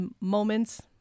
moments